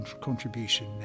contribution